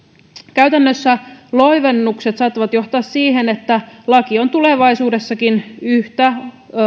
käytännössä loivennukset saattavat johtaa siihen että laki on tulevaisuudessakin yhtä